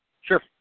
Sure